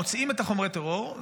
מוציאים את חומרי הטרור,